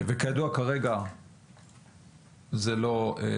וכידוע, כרגע זה לא על